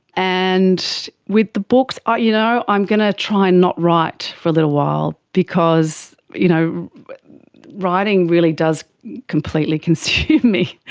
and with the books, ah you know i'm going to try and not write for a little while because you know writing really does completely consume me,